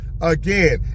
Again